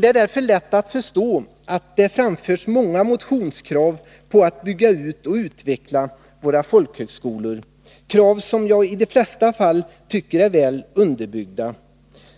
Det är därför lätt att förstå att det framförts många motionskrav på att bygga ut och utveckla våra folkhögskolor, krav som jag i de flesta fall tycker är väl underbyggda.